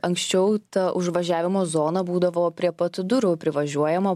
anksčiau ta užvažiavimo zona būdavo prie pat durų privažiuojama